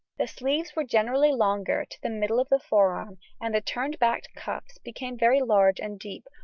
the sleeves were generally longer, to the middle of the forearm, and the turned-back cuffs became very large and deep,